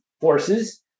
forces